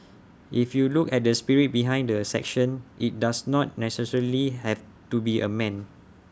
if you look at the spirit behind the section IT does not necessarily have to be A man